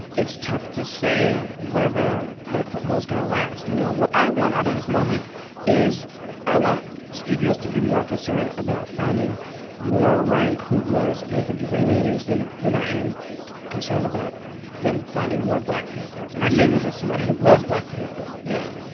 it's tough to say whether that foothold's going to last, you know? what i want out of this moment is i want studios to be more concerned about finding more ryan cooglers and ava duvernays than than i am concerned about them finding more black panthers. and i say this as somebody who loves black panther yeah.